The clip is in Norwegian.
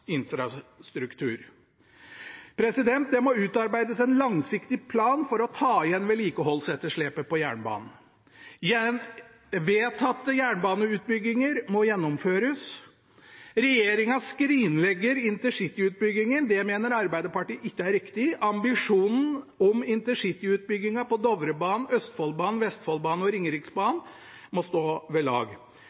Det må utarbeides en langsiktig plan for å ta igjen vedlikeholdsetterslepet på jernbanen. Vedtatte jernbaneutbygginger må gjennomføres. Regjeringen skrinlegger intercityutbyggingen. Det mener Arbeiderpartiet ikke er riktig. Ambisjonen om intercityutbyggingen på Dovrebanen, Østfoldbanen, Vestfoldbanen og Ringeriksbanen må stå ved lag.